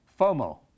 FOMO